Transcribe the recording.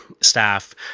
staff